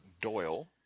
Doyle